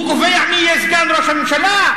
הוא קובע מי יהיה סגן ראש הממשלה?